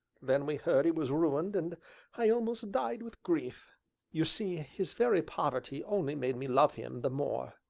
then we heard he was ruined, and i almost died with grief you see, his very poverty only made me love him the more.